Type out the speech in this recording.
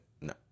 no